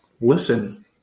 Listen